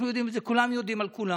אנחנו יודעים את זה, כולם יודעים על כולם.